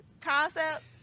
concept